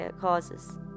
causes